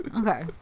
Okay